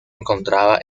encontraba